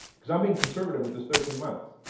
because i'm being conservative with the thirteen month,